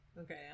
Okay